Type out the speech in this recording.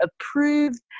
approved